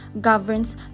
governs